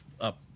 up